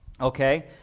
Okay